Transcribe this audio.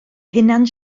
hunan